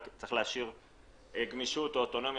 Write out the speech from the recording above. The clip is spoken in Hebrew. רק צריך להשאיר גמישות או אוטונומיה